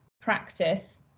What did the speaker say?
practice